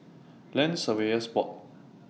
Land Surveyors Board